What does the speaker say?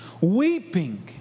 weeping